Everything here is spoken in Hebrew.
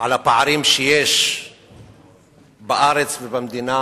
לדברים על הפערים שיש בארץ ובמדינה,